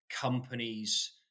companies